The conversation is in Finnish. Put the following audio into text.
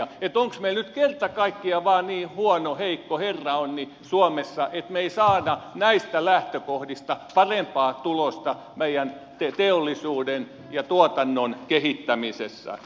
onko meillä nyt kerta kaikkiaan vain niin huono heikko herraonni suomessa että me emme saa näistä lähtökohdista parempaa tulosta meidän teollisuuden ja tuotannon kehittämisessä